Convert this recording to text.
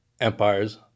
Empires